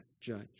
Judge